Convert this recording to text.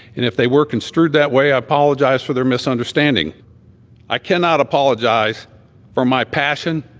and if they were construed that way, i apologize for their misunderstanding i cannot apologize for my passion